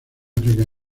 áfrica